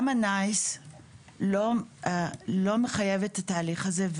גם ה-NICE לא מחייב את התהליך הזה.